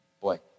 boy